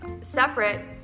separate